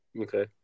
Okay